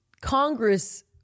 Congress